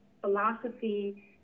philosophy